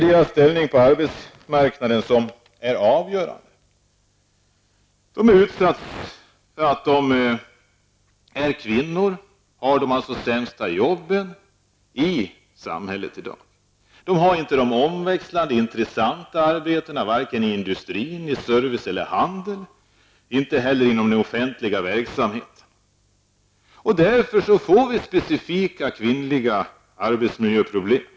Deras ställning på arbetsmarknaden är avgörande. Därför att de är kvinnor har de de sämsta jobben i samhället i dag. De har inte omväxlande och intressanta arbeten vare sig i industrin eller i service och handeln, inte heller inom den offentliga verksamheten. Därför får vi specifika kvinnliga arbetsmiljöproblem.